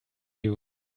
you